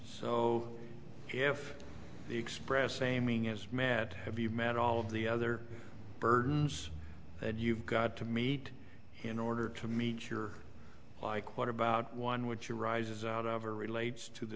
the express aiming as mad have you met all of the other burdens that you've got to meet in order to meet your like what about one which arises out of a relates to the